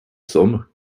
sum